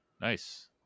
nice